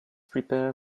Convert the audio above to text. prepare